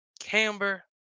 Camber